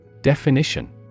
Definition